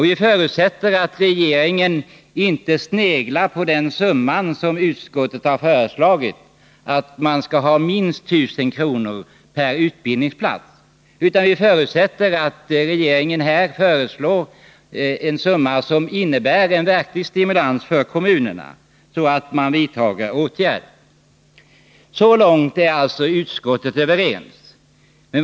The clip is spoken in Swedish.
Vi förutsätter att regeringen inte sneglar på den summa som utskottet har föreslagit, nämligen minst 1 000 kr. per utbildningsplats. Vi förutsätter att regeringen här föreslår en summa som innebär en verklig stimulans för kommunerna att vidta åtgärder. Så långt är alltså utskottet enigt.